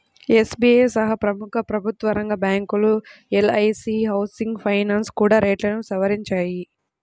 SBI సహా ప్రముఖ ప్రభుత్వరంగ బ్యాంకులు, ఎల్.ఐ.సీ హౌసింగ్ ఫైనాన్స్ కూడా రేట్లను సవరించాయి